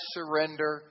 Surrender